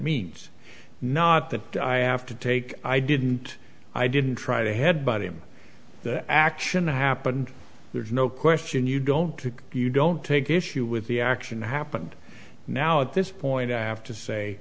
means not that i have to take i didn't i didn't try to head but him the action happened there's no question you don't pick you don't take issue with the action happened now at this point i have to say